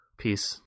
Peace